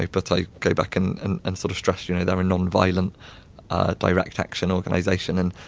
but i go back and and and sort of stress you know they're a non-violent direct-action organization, and